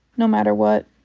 no matter what.